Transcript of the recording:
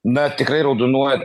na tikrai raudonuoja